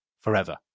forever